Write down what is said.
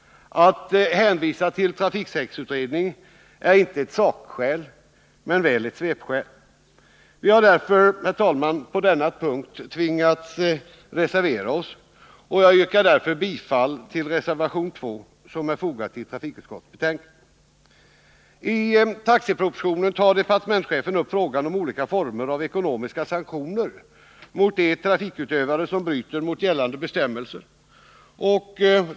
Att hänvisa till trafiksäkerhetsutredningen är inte ett sakskäl men väl ett svepskäl. Vi har därför på denna punkt tvingats reservera oss, och jag yrkar, herr talman, bifall till reservation 2, som är fogad till trafikutskottets betänkande. I taxipropositionen tar departementschefen upp frågan om olika former av ekonomiska sanktioner mot de trafikutövare som bryter mot gällande bestämmelser.